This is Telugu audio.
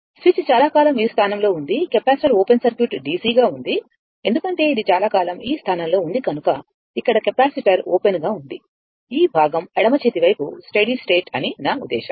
స్విచ్ చాలా కాలం ఈ స్థానంలో ఉంది కెపాసిటర్ ఓపెన్ సర్క్యూట్ డిసి గా ఉంది ఎందుకంటే ఇది చాలా కాలం ఈ స్థానంలో ఉంది కనుక ఇక్కడ కెపాసిటర్ ఓపెన్ గా ఉంది ఈ భాగం ఎడమ చేతి వైపు స్టడీ స్టేట్ అని నా ఉద్దేశ్యం